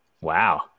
Wow